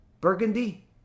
Burgundy